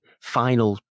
final